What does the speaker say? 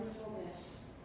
wonderfulness